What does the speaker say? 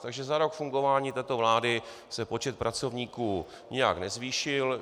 Takže za rok fungování této vlády se počet pracovníků nijak nezvýšil.